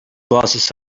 buses